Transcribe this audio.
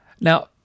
Now